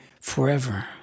forever